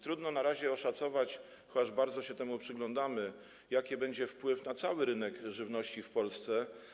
Trudno na razie oszacować, chociaż bardzo uważnie się temu przyglądamy, jaki będzie wpływ tego na cały rynek żywności w Polsce.